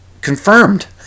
confirmed